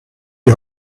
die